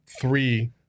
three